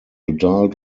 adult